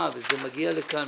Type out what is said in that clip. כאן,